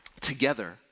together